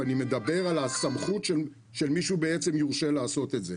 ואני מדבר על הסמכות של מי שיורשה לעשות את זה.